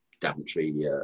Daventry